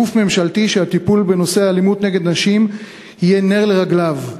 גוף ממשלתי שהטיפול בנושא האלימות נגד נשים יהיה נר לרגליו,